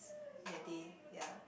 that day ya